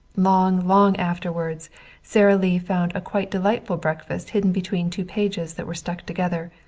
long, long afterward sara lee found a quite delightful breakfast hidden between two pages that were stuck together.